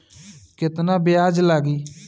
केतना ब्याज लागी?